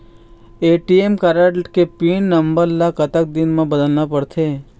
ATM card के pin number ला कतक दिन म बदलना पड़थे?